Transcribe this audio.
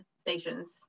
stations